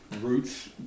roots